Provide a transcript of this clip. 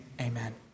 amen